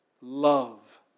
love